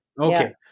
Okay